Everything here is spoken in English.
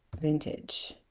vintage